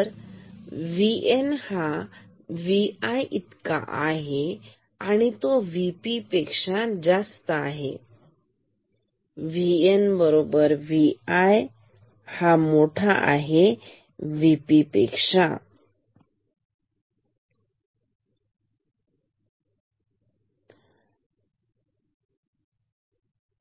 तर VN हा VI इतका आहे आणि तो VP पेक्षा मोठा आहे VN V I V